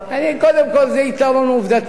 קודם כול זה יתרון עובדתי.